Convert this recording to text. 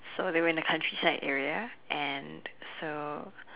so they were in countryside area and so